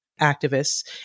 activists